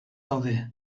daude